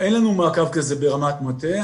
אין לנו מעקב כזה ברמת מטה.